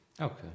Okay